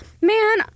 Man